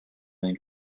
than